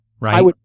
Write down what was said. right